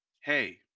Hey